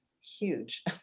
huge